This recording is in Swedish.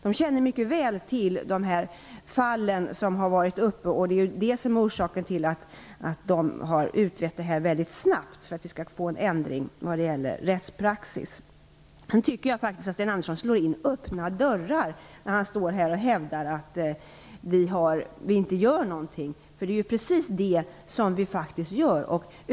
De känner mycket väl till de fall som har varit uppe, och det är det som är orsaken till att de har utrett frågan väldigt snabbt, för att få en ändring till stånd vad gäller rättspraxis. Jag tycker att Sten Andersson slår in öppna dörrar när han hävdar att vi inte gör någonting. Det är precis det som vi gör.